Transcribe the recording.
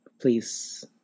Please